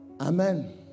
Amen